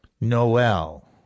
Noel